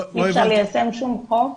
אי אפשר ליישם שום חוק